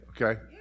Okay